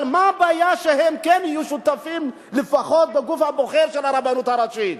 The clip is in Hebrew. אבל מה הבעיה שהם כן יהיו שותפים לפחות בגוף הבוחר של הרבנות הראשית?